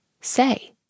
say